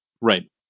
Right